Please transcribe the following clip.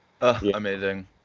amazing